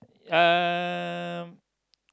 um